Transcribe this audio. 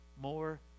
more